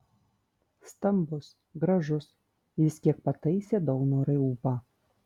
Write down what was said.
stambus gražus jis kiek pataisė daunorai ūpą